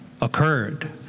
occurred